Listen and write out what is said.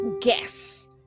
guess